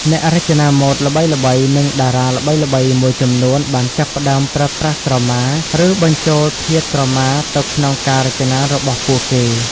អ្នករចនាម៉ូដល្បីៗ និងតារាល្បីៗមួយចំនួនបានចាប់ផ្តើមប្រើប្រាស់ក្រមា ឬបញ្ចូលធាតុក្រមាទៅក្នុងការរចនារបស់ពួកគេ។